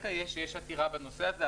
ברקע יש עתירה בנושא הזה,